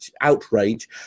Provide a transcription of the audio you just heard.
outrage